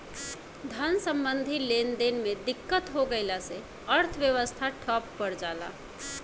धन सम्बन्धी लेनदेन में दिक्कत हो गइला से अर्थव्यवस्था ठप पर जला